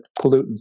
pollutants